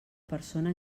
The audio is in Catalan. persona